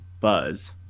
buzz